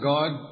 God